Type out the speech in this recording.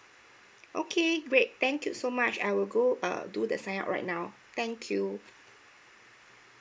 okay great thank you so much I will go uh do the sign up right now thank you